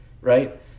Right